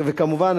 וכמובן,